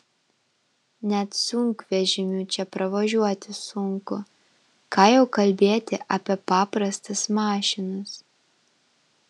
net sunkvežimiu čia pravažiuoti sunku ką jau kalbėti apie paprastas mašinas